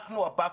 אנחנו הבאפר.